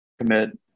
commit